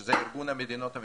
שזה ארגון המדינות המתפתחות,